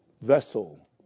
vessel